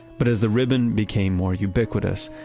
but, as the ribbon became more ubiquitous,